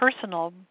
personal